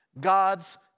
God's